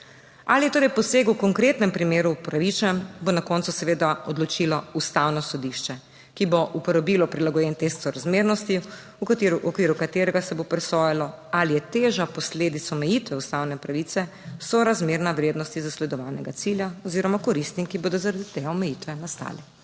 Ali je torej poseg v konkretnem primeru upravičen, bo na koncu seveda odločilo ustavno sodišče, ki bo uporabilo prilagojen test sorazmernosti, v okviru katerega se bo presojalo, ali je teža posledic omejitve ustavne pravice sorazmerna vrednosti zasledovanega cilja oziroma koristim, ki bodo zaradi te omejitve nastale.